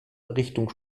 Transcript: richtung